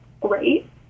great